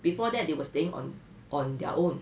before that they were staying on on their own